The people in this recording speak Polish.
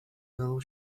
dawał